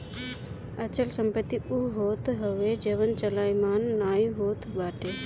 अचल संपत्ति उ होत हवे जवन चलयमान नाइ होत बाटे